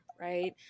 right